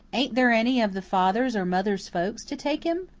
ain't there any of the father's or mother's folks to take him?